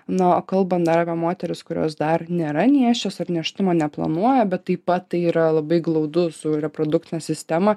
na o kalbant dar apie moteris kurios dar nėra nėščios ar nėštumo neplanuoja bet taip pat tai yra labai glaudus su reprodukcine sistema